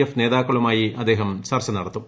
F നേതാക്കിളൂമായി അദ്ദേഹം ചർച്ച നടത്തും